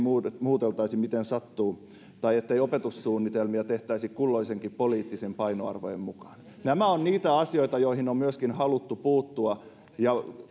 muuteltaisi miten sattuu tai ettei opetussuunnitelmia tehtäisi kulloistenkin poliittisten painoarvojen mukaan nämä ovat niitä asioita joihin on myöskin haluttu puuttua ja